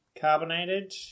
carbonated